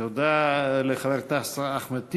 תודה לחבר הכנסת אחמד טיבי.